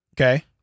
Okay